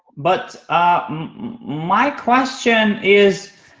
but ah my question is